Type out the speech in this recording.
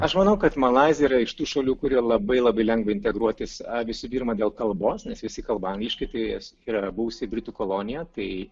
aš manau kad malaizija yra iš tų šalių kurioj labai labai lengva integruotis visų pirma dėl kalbos nes visi kalba angliškai tai yra buvusi britų kolonija tai